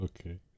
Okay